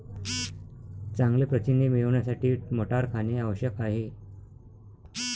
चांगले प्रथिने मिळवण्यासाठी मटार खाणे आवश्यक आहे